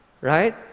Right